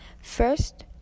First